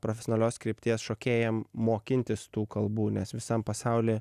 profesionalios krypties šokėjam mokintis tų kalbų nes visam pasauly